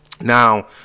Now